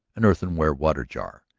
an earthenware water-jar,